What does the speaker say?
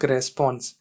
response